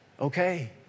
Okay